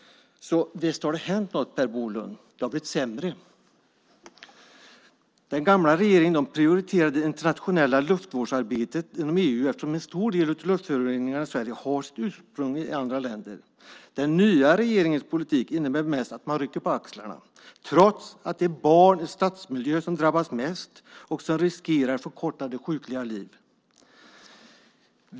Så visst har det hänt något, Per Bolund! Det har blivit sämre. Den gamla regeringen prioriterade det internationella luftvårdsarbetet inom EU eftersom en stor del av luftföroreningarna i Sverige har sitt ursprung i andra länder. Den nya regeringens politik innebär mest att man rycker på axlarna trots att det är barn i stadsmiljö som drabbas mest och som riskerar förkortade, sjukliga liv.